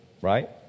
right